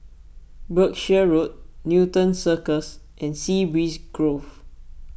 Berkshire Road Newton Circus and Sea Breeze Grove